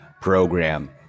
program